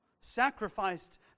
sacrificed